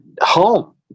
Home